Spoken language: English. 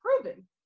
proven